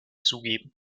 zugeben